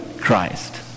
Christ